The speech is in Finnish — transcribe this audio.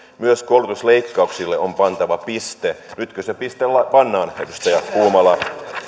myös koulutusleikkauksille on pantava piste nytkö se piste pannaan edustaja puumala